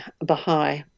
Baha'i